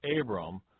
Abram